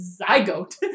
zygote